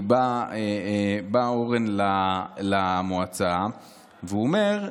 כי בא אורן למועצה ואומר: